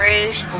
Rouge